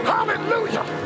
Hallelujah